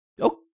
okay